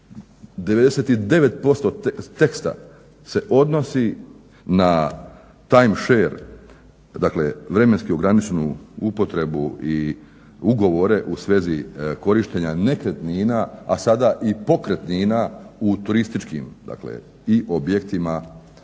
99% teksta se odnosi na time share dakle vremenski ograničenu upotrebu i ugovore u svezi korištenja nekretnina, a sada i pokretnina u turističkim objektima,